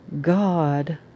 God